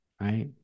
Right